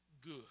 good